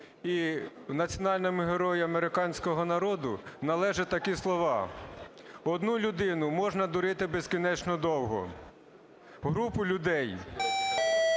і національному герою американського народу, належать такі слова: "Одну людину можна дурити безкінечно довго, групу людей,